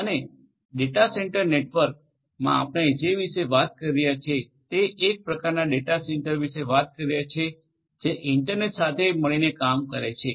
અને data center નેટવર્કમાં આપણે જે વિશે વાત કરી રહ્યા છીએ તે એ પ્રકારના ડેટા સેન્ટર્સ વિશે વાત કરી રહ્યા છીએ જે ઇન્ટરનેટ સાથે મળીને કામ કરે છે